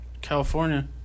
California